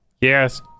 Yes